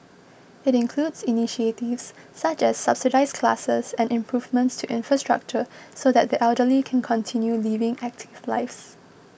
it includes initiatives such as subsidised classes and improvements to infrastructure so that the elderly can continue living active lives